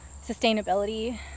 sustainability